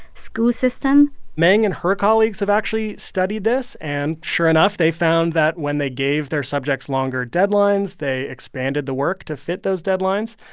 school system meng and her colleagues have actually studied this. and sure enough, they found that when they gave their subjects longer deadlines, they expanded the work to fit those deadlines.